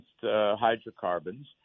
hydrocarbons